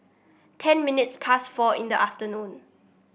ten minutes past four in the afternoon